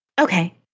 Okay